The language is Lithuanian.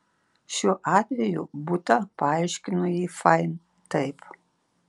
šiuo atveju butą paaiškino ji fain taip